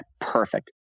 perfect